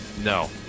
No